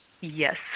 Yes